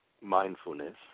mindfulness